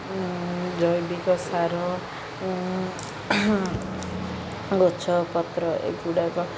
ଜୈବିକ ସାର ଗଛ ପତ୍ର ଏଗୁଡ଼ାକ